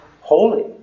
holy